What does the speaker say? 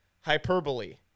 hyperbole